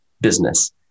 business